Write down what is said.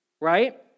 right